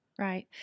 Right